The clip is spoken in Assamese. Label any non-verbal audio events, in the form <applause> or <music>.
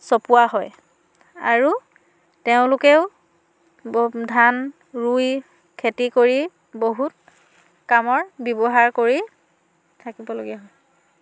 চপোৱা হয় আৰু তেওঁলোকেও <unintelligible> ধান ৰুই খেতি কৰি বহুত কামৰ ব্যৱহাৰ কৰি থাকিবলগীয়া হয়